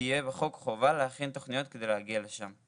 שתהיה בחוק חובה להכין תוכניות כדי להגיע לשם?